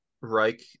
Reich